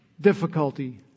difficulty